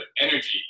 energy